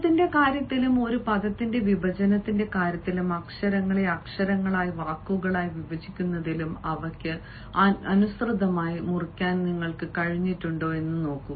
ശബ്ദത്തിന്റെ കാര്യത്തിലും ഒരു പദത്തിന്റെ വിഭജനത്തിന്റെ കാര്യത്തിലും അക്ഷരങ്ങളെ അക്ഷരങ്ങളായി വാക്കുകളായി വിഭജിക്കുന്നതിലും അവയ്ക്ക് അനുസൃതമായി മുറിക്കാൻ നിങ്ങൾക്ക് കഴിഞ്ഞിട്ടുണ്ടോ